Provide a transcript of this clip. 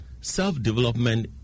self-development